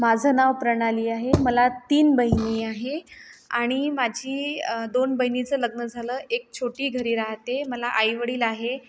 माझं नाव प्रणाली आहे मला तीन बहिणी आहे आणि माझी दोन बहिणीचं लग्न झालं एक छोटी घरी राहते मला आईवडील आहे